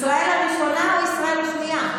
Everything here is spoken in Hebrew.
ישראל הראשונה או ישראל השנייה?